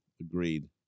Agreed